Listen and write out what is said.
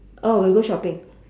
oh when you go shopping